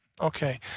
okay